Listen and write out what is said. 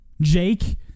Jake